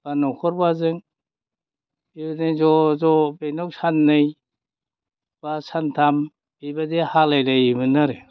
बा न'खरबाजों ओरैनो ज' ज' बेनाव साननै बा सानथाम बेबायदि हालाय लायोमोन आरो